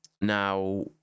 now